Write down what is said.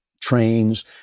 trains